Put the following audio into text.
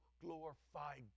glorify